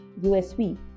USV